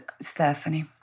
Stephanie